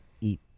eat